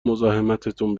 مزاحمتتون